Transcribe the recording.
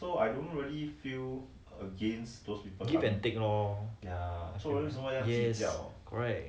you also want is like your own relative right